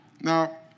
Now